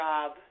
Rob